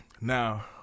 Now